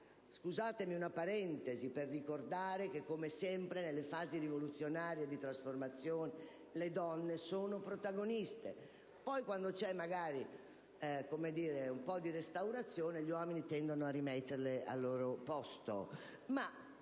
Scusatemi una parentesi per ricordare che, come sempre, nelle fasi rivoluzionarie di trasformazione le donne sono protagoniste; poi, quando magari un po' di restaurazione, gli uomini tendono a rimetterle al loro posto,